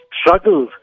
struggles